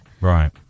Right